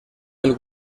del